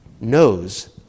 knows